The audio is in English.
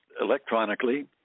electronically